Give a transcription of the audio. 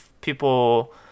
people